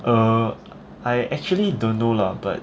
err I actually don't know lah but